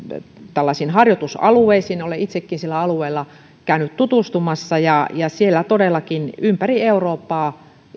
harjoitusalueisiin olen itsekin niillä alueilla käynyt tutustumassa ja siellä todellakin käy ministeriöitten väkeä ympäri eurooppaa